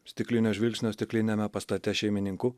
stiklinio žvilgsnio stikliniame pastate šeimininku